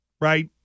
right